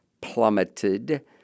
plummeted